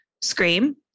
Scream